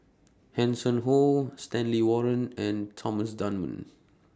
Hanson Ho Stanley Warren and Thomas Dunman